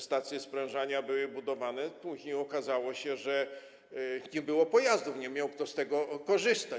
Stacje sprężania były budowane, a później okazało się, że nie było pojazdów, nie miał kto z tego korzystać.